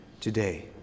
Today